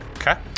Okay